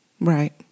Right